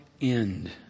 end